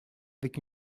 avec